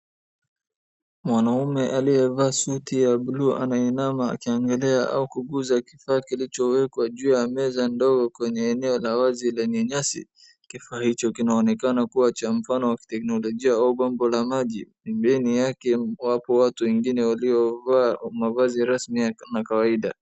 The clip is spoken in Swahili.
Mwanaume aliyevaa suti ya bluu anainama akiangalia au kuguza kifaa kilichowekwa juu ya meza ndogo kwenye eneo la wazi lenye nyasi. Kifaa hicho kinaonekana kuwa cha mfano wa kiteknolojia au bombo la maji. Imbeni yake wapo watu wengine waliovaa mavazi rasmi na kawaida.